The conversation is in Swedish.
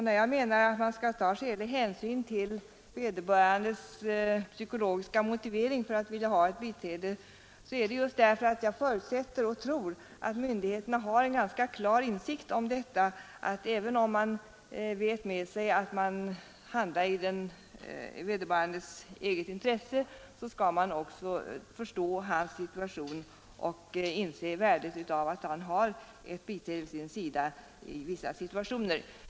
När jag menar att man skall ta skälig hänsyn till vederbörandes psykologiska motivering för att vilja ha ett biträde är det just därför att jag förutsätter och tror att myndigheterna har en ganska klar insikt om att även om man vet med sig att man handlar i vederbörandes eget intresse man också skall förstå dennes situation och inse värdet av att han vid vissa tillfällen har ett biträde vid sin sida.